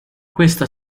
questo